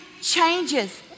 changes